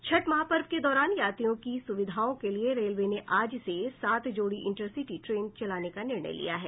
छठ महापर्व के दौरान यात्रियों की सुविधाओं के लिए रेलवे ने आज से सात जोड़ी इंटरसिटी ट्रेन चलाने का निर्णय लिया है